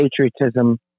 patriotism